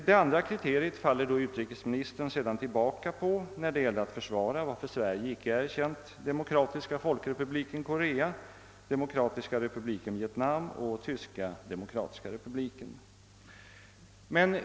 Det andra kriteriet faller utrikesministern tillbaka på när det gäller att försvara varför Sverige icke erkänt Demokratiska folkrepubliken Korea, Demokratiska republiken Vietnam och Tyska demokratiska republiken.